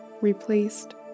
replaced